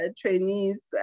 trainees